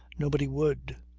nobody would.